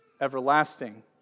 everlasting